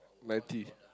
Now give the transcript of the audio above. ninety